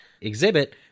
exhibit